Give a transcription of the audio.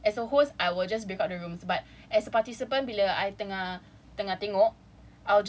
and then like as a host I will just break up the rooms but as a participant bila I tengah tengah tengok